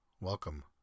Welcome